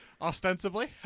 ostensibly